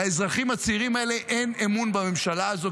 לאזרחים הצעירים האלה אין אמון בממשלה הזאת,